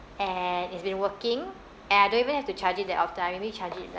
and it's been working and I don't even have to charge it that often I only charge it like